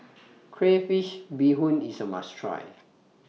Crayfish Beehoon IS A must Try